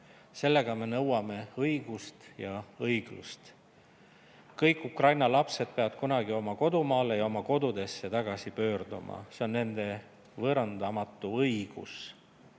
Sellega me nõuame õigust ja õiglust. Kõik ukraina lapsed peavad kunagi oma kodumaale ja oma kodudesse tagasi pöörduma. See on nende võõrandamatu õigus.